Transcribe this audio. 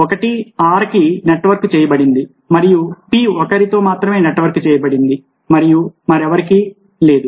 1 r కి network చేయబడింది అయితే p ఒకరితో మాత్రమే నెట్వర్క్ చేయబడింది మరియు మరెవరికీ లేదు